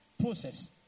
process